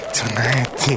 tonight